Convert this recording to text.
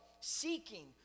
seeking